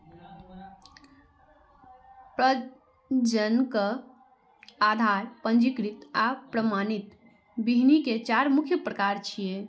प्रजनक, आधार, पंजीकृत आ प्रमाणित बीहनि के चार मुख्य प्रकार छियै